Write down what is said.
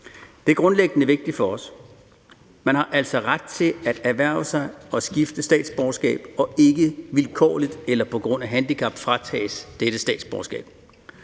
Det er grundlæggende vigtigt for os. Man har altså ret til at erhverve sig og skifte statsborgerskab og ikke vilkårligt eller på grund af handicap fratages dette statsborgerskab.